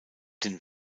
den